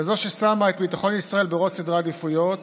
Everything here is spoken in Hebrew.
כזו ששמה את ביטחון ישראל בראש סדרי העדיפויות